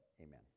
Amen